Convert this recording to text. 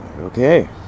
Okay